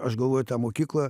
aš galvoju tą mokyklą